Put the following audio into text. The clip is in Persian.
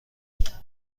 کنید